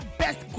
best